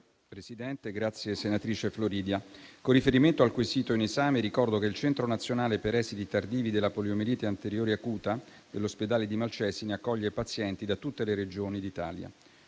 Presidente, senatrice Aurora Floridia, con riferimento al quesito in esame ricordo che il Centro nazionale per esiti tardivi della poliomielite anteriore acuta dell'ospedale di Malcesine accoglie pazienti da tutte le Regioni d'Italia.